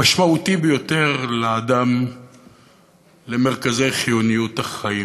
והמשמעותי ביותר לאדם למרכזי חיוניות החיים.